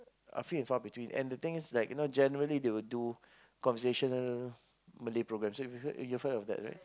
I feel in far between and the thing is you know right generally they'll do conversation Malay programme so you've you've heard of that right